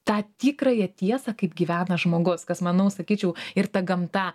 tą tikrąją tiesą kaip gyvena žmogus kas manau sakyčiau ir ta gamta